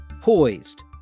poised